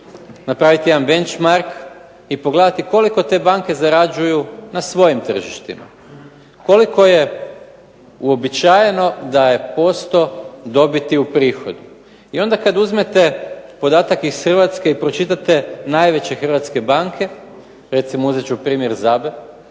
napraviti jedan benchmark i pogledati koliko te banke zarađuju na svojim tržištima. Koliko je uobičajeno da je posto dobiti u prihodu. I onda kad uzmete podatak iz Hrvatske i pročitate najveće hrvatske banke, recimo uzet ću primjer ZABA-e,